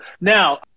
Now